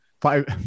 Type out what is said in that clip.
Five